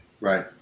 Right